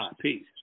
peace